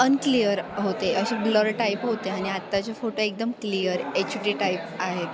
unclear होते अशे blur type होते आणि आत्ताचे फोटो एकदम क्लियर एच डी टाईप आहेत